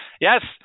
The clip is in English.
Yes